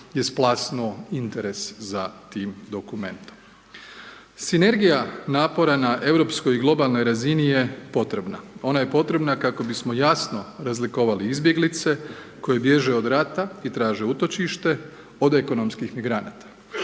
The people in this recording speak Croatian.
je splasnuo interes za tim dokumentom. Sinergija napora na europskoj i globalnoj razini je potrebna. Ona je potrebna kako bismo jasno razlikovali izbjeglice koje bježe od rata i traže utočište od ekonomskih migranata